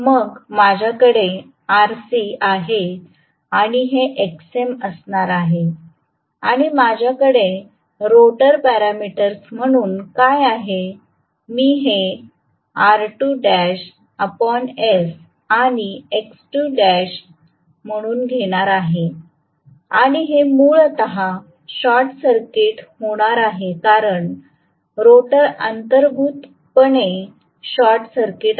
मग माझ्याकडे Rc आहे आणि हे Xm असणार आहे आणि माझ्याकडे रोटर पॅरामीटर्स म्हणून काय आहे मी हे R2l s आणि X2l म्हणून घेणार आहे आणि हे मूलतः शॉर्ट सर्किट होणार आहे कारण रोटर अंतर्भूतपणे शॉर्ट सर्किट आहे